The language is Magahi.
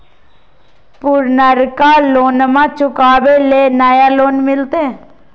पुर्नका लोनमा चुकाबे ले नया लोन मिलते?